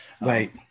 Right